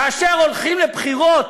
כאשר הולכים לבחירות,